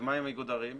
מה עם איגוד ערים?